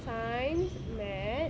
science math